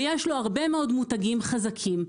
ויש לו הרבה מאוד מותגים חזקים,